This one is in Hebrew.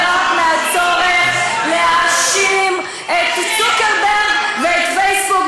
הדברים האלה נבעו אך ורק מהצורך להאשים את צוקרברג ואת פייסבוק,